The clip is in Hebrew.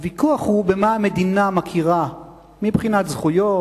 הוויכוח הוא במה המדינה מכירה מבחינת זכויות,